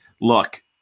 Look